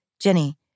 Jenny